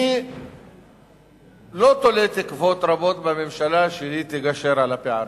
אני לא תולה תקוות רבות בממשלה שתגשר על הפערים,